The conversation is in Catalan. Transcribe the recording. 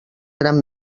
gran